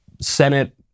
Senate